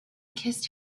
kissed